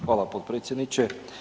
Hvala potpredsjedniče.